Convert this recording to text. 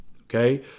Okay